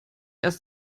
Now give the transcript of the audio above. erst